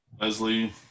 Leslie